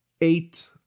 eight